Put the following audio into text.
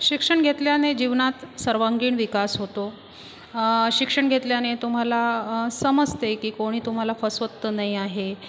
शिक्षण घेतल्याने जीवनात सर्वांगीण विकास होतो शिक्षण घेतल्याने तुम्हाला समसते की कोणी तुम्हाला फसवत तर नाही आहे